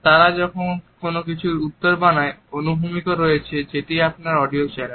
তারা যখন কোন কিছুর উত্তর বানায় অনুভূমিক ও রয়েছে যেটি আপনার অডিও চ্যানেল